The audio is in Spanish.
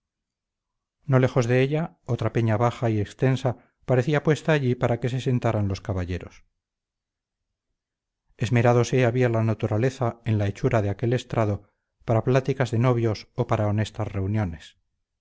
no lejos de ella otra peña baja y extensa parecía puesta allí para que se sentaran los caballeros esmerádose había la naturaleza en la hechura de aquel estrado para pláticas de novios o para honestas reuniones